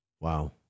Wow